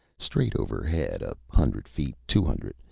straight overhead a hundred feet, two hundred,